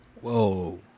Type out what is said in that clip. Whoa